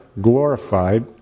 glorified